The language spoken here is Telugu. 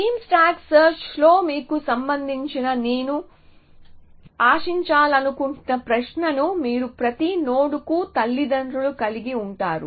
బీమ్ స్టాక్ సెర్చ్లో మీకు సంభవించిందని నేను ఆశించాలనుకుంటున్న ప్రశ్నను మీరు ప్రతి నోడ్కు తల్లిదండ్రులు కలిగి ఉంటారు